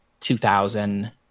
2000